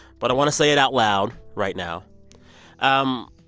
but i want to say it out loud right now um